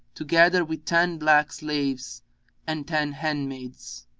together with ten black slaves and ten handmaids.